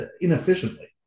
inefficiently